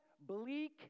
bleak